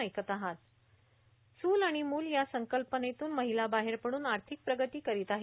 चूल आणि मूलश या संकल्पनेतून महिला बाहेर पडून आर्थिक प्रगती करीत आहेत